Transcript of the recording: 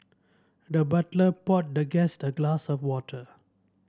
the butler poured the guest a glass of water